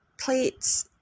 plates